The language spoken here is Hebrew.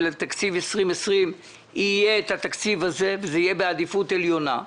מדובר בתקציב 2020. יהיה את התקציב הזה וזה יהיה בעדיפות עליונה.